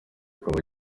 akaba